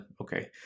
Okay